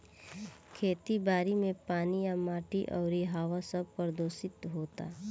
खेती बारी मे पानी आ माटी अउरी हवा सब प्रदूशीत होता